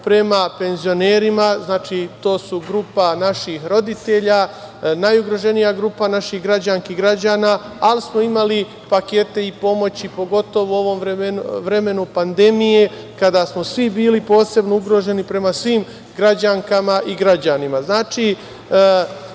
prema penzionerima, znači to je grupa naših roditelja, najugroženija grupa naših građanki i građana, ali smo imali pakete i pomoći pogotovo u ovom vremenu pandemije kada smo svi bili posebno ugroženi prema svim građankama i građanima. Znači,